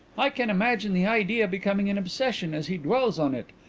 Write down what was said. i can imagine the idea becoming an obsession as he dwells on it.